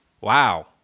Wow